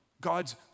God's